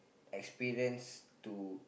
experience to